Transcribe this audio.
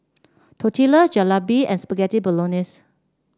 Tortillas Jalebi and Spaghetti Bolognese